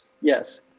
yes